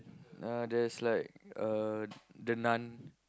uh there's like uh The-Nun